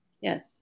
Yes